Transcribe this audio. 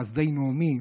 חסדי נעמי: